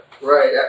Right